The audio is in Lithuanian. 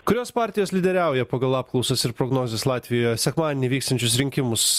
kurios partijos lyderiauja pagal apklausas ir prognozes latvijoje sekmadienį vyksiančius rinkimus